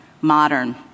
modern